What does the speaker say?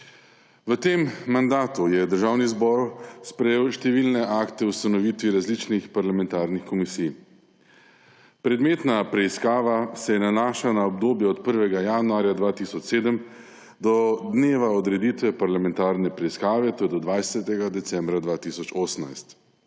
V tem mandatu je Državni zbor sprejel številne akte o ustanovitvi različnih parlamentarnih komisij. Predmetna preiskava se nanaša na obdobje od 1. januarja 2007 do dneva odreditve parlamentarne preiskave, to je do 20. decembra 2018.